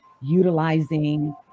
utilizing